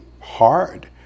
hard